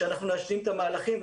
שאנחנו נשלים את המהלכים.